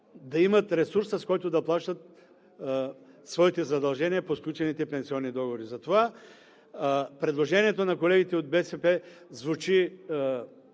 да имат ресурса, с който да плащат своите задължения по сключените пенсионни договори. Затова предложението на колегите от БСП звучи